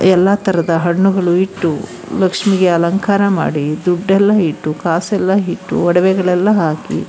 ಎಲ್ಲ ಥರದ ಹಣ್ಣುಗಳು ಇಟ್ಟು ಲಕ್ಷ್ಮೀಗೆ ಅಲಂಕಾರ ಮಾಡಿ ದುಡ್ಡೆಲ್ಲ ಇಟ್ಟು ಕಾಸೆಲ್ಲ ಹಿಟ್ಟು ಒಡವೆಗಳೆಲ್ಲ ಹಾಕಿ